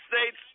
States